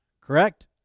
correct